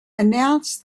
announced